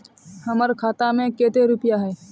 हमर खाता में केते रुपया है?